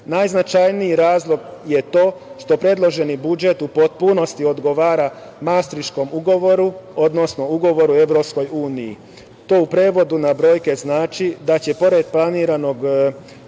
Najznačajniji razlog je to što predloženi budžet u potpunosti odgovara Mastriškom ugovoru, odnosno ugovoru EU. To u prevodu na brojke znači da će pored planiranog povećanja